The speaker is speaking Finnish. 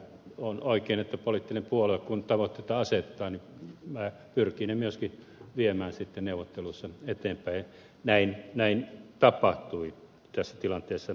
on oikein että poliittinen puolue kun se tavoitteita asettaa pyrkii ne myöskin viemään neuvotteluissa eteenpäin ja näin tapahtui ja tässä tilanteessa ollaan